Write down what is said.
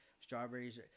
strawberries